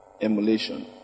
emulation